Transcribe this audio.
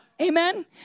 Amen